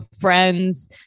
friends